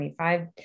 25